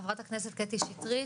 חברת הכנסת קטי שטרית.